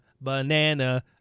banana